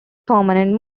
permanent